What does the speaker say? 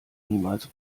niemals